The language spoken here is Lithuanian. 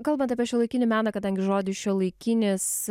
kalbant apie šiuolaikinį meną kadangi žodis šiuolaikinis